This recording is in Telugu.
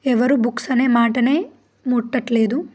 ఎవరు బుక్స్ అనే మాటనే ముట్టట్లేదు